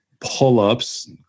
pull-ups